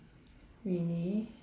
really